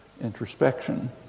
introspection